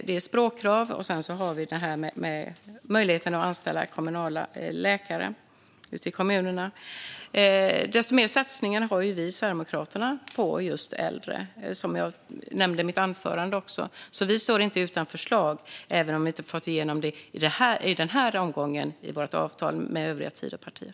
Det är språkkrav, och sedan är det möjligheten att anställa kommunala läkare ute i kommunerna. Sverigedemokraterna har desto mer satsningar på just äldre, som jag nämnde i mitt anförande. Vi står alltså inte utan förslag även om vi inte fått igenom det i denna omgång, i vårt avtal med övriga Tidöpartier.